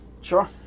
Sure